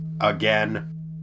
Again